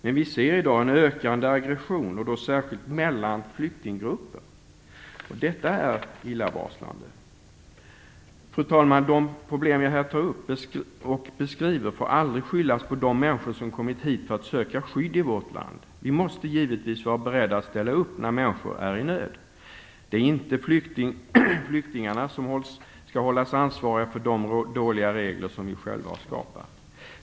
Men vi ser i dag en ökande aggression och då särskilt mellan flyktinggrupper! Detta är illavarslande. Fru talman! De problem jag här tar upp och beskriver får aldrig skyllas på de människor som kommit hit för att söka skydd i vårt land. Vi måste givetvis vara beredda att ställa upp när människor är i nöd. Det är inte flyktingarna som skall hållas ansvariga för de dåliga regler som vi själva har skapat.